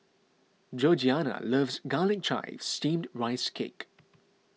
Georgeanna loves Garlic Chives Steamed Rice Cake